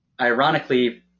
ironically